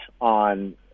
on